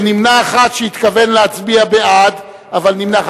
ונמנע אחד שהתכוון להצביע בעד אבל נמנע.